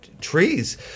trees